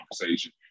conversation